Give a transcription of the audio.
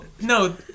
no